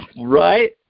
Right